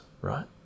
right